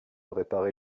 réparer